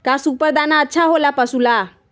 का सुपर दाना अच्छा हो ला पशु ला?